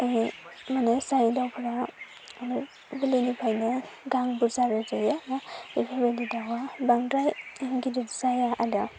ओहो मानि जाय दावफोरा गोरलैनिफ्रायनो गां बुरजा रज'यो बेफोरबायदि दावआ बांद्राय गिदिर जाया आदा